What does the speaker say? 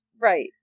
right